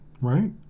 right